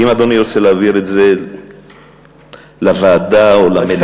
אם אדוני רוצה להעביר את זה לוועדה או למליאה,